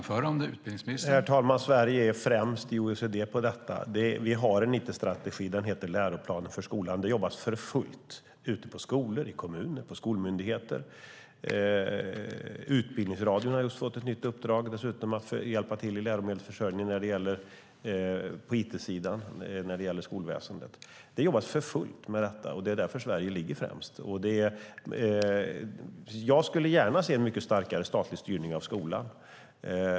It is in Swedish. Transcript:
Herr talman! Sverige är främst i OECD på detta. Vi har en it-strategi. Den heter Läroplan för skolan. Det jobbas för fullt ute på skolor, i kommuner och på skolmyndigheter. Utbildningsradion har dessutom just fått ett nytt uppdrag, att hjälpa till med läromedelsförsörjningen på it-sidan när det gäller skolväsendet. Det jobbas för fullt med detta. Det är därför som Sverige ligger främst. Jag skulle gärna se en mycket starkare statlig styrning av skolan.